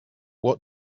what